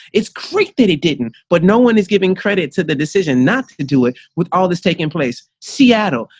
it's created it didn't. but no one is giving credit to the decision not to do it. with all this taking place, seattle.